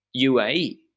UAE